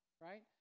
right